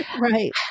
Right